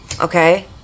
okay